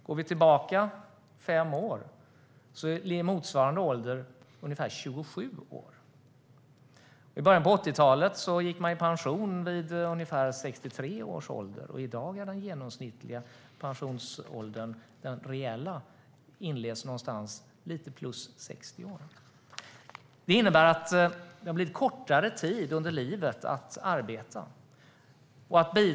För fem år sedan var motsvarande ålder 27 år. I början av 80-talet gick man i pension vid ungefär 63 års ålder. I dag är den genomsnittliga reella pensionsåldern lite drygt 60 år. Detta innebär att tiden man arbetar under livet har blivit kortare.